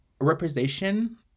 representation